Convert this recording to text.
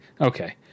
okay